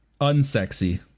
Unsexy